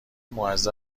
معذب